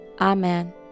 Amen